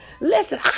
Listen